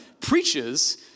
preaches